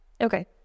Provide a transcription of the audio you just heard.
Okay